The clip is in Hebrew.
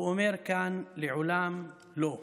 ואומר כאן: לעולם לא.